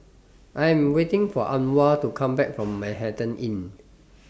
I Am waiting For Anwar to Come Back from Manhattan Inn